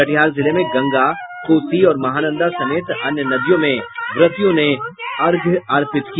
कटिहार जिले में गंगा कोसी और महानंदा समेत अन्य नदियों में व्रतियों ने अर्घ्य अर्पित किया